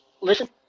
listen